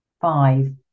Five